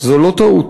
זו לא טעות.